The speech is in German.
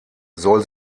soll